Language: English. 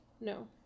No